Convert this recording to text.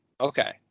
Okay